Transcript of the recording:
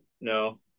No